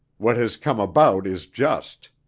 what has come about is just.